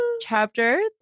chapter